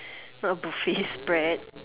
not a buffet spread